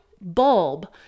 bulb